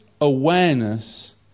awareness